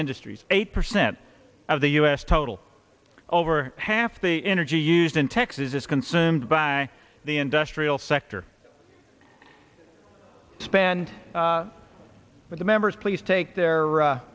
industries eighty percent of the us total over half the energy used in texas consumed by the industrial sector spend but the members please take their